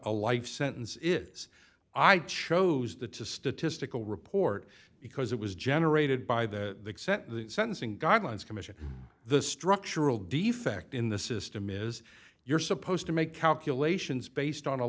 a life sentence is i chose that to statistical report because it was generated by the set the sentencing guidelines commission the structural defect in the system is you're supposed to make calculations based on a